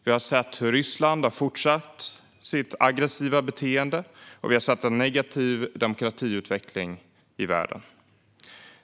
Vi har sett hur Ryssland har fortsatt sitt aggressiva beteende, och vi har sett en negativ demokratiutveckling i världen.